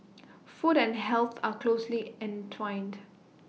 food and health are closely entwined